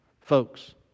Folks